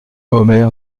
omer